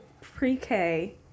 pre-K